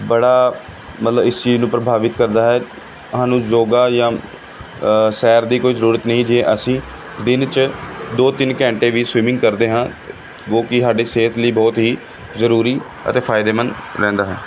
ਬੜਾ ਮਤਲਬ ਇਸ ਚੀਜ਼ ਨੂੰ ਪ੍ਰਭਾਵਿਤ ਕਰਦਾ ਹੈ ਸਾਨੂੰ ਯੋਗਾ ਜਾਂ ਸੈਰ ਦੀ ਕੋਈ ਜ਼ਰੂਰਤ ਨਹੀਂ ਜੇ ਅਸੀਂ ਦਿਨ 'ਚ ਦੋ ਤਿੰਨ ਘੰਟੇ ਵੀ ਸਵੀਮਿੰਗ ਕਰਦੇ ਹਾਂ ਜੋ ਕਿ ਸਾਡੇ ਸਿਹਤ ਲਈ ਬਹੁਤ ਹੀ ਜ਼ਰੂਰੀ ਅਤੇ ਫਾਇਦੇਮੰਦ ਰਹਿੰਦਾ ਹੈ